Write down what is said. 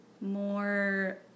more